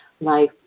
life